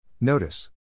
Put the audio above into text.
Notice